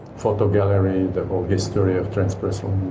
photo gallery, the whole history of transpersonal